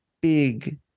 big